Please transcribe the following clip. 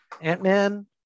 ant-man